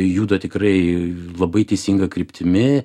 juda tikrai labai teisinga kryptimi